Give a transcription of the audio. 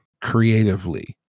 creatively